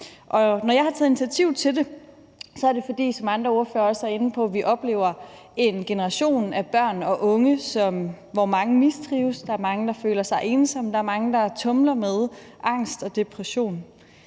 Når jeg har taget initiativ til det, er det, som andre ordførere også er inde på, fordi vi oplever en generation af børn og unge, hvor mange mistrives. Der er mange, der føler sig ensomme, og der er mange, der tumler med angst og depression.